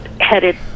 headed